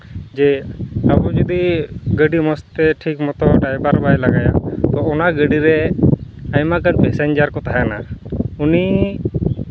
ᱡᱮ ᱟᱵᱚ ᱡᱚᱫᱤ ᱜᱟᱹᱰᱤ ᱢᱚᱡᱽᱛᱮ ᱴᱷᱤᱠ ᱢᱚᱛᱚ ᱰᱟᱭᱵᱷᱟᱨ ᱵᱟᱭ ᱞᱟᱜᱟᱭᱟ ᱛᱚ ᱚᱱᱟ ᱜᱟᱹᱰᱤᱨᱮ ᱟᱭᱢᱟ ᱩᱛᱟᱹᱨ ᱯᱮᱥᱮᱧᱡᱟᱨ ᱠᱚ ᱛᱟᱦᱮᱱᱟ ᱩᱱᱤ